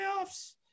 playoffs